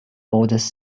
oldest